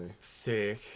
Sick